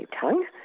tongue